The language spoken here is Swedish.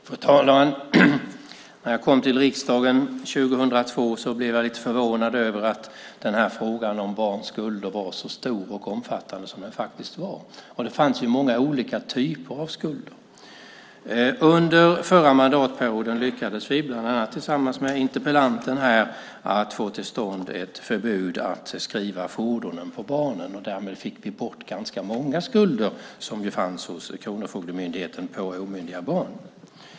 Fru talman! När jag kom till riksdagen 2002 blev jag lite förvånad över att frågan om barns skulder var så stor och omfattande som den faktiskt var. Det fanns många olika typer av skulder. Under förra mandatperioden lyckades vi, bland annat tillsammans med interpellanten här, att få till stånd ett förbud att skriva fordon på barnen. Därmed fick vi bort ganska många skulder som fanns hos Kronofogdemyndigheten på omyndiga barn.